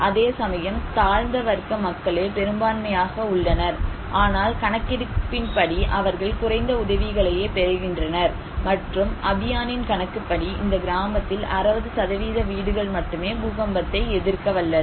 அதேசமயம் தாழ்ந்த வர்க்க மக்களே பெரும்பான்மையாக உள்ளனர் ஆனால் கணக்கெடுப்பின்படி அவர்கள் குறைந்த உதவிகளையே பெறுகின்றனர் மற்றும் அபியான்னின் கணக்குப்படி இந்த கிராமத்தில் 60 சதவீத வீடுகள் மட்டுமே பூகம்பத்தை எதிர்க்க வல்லது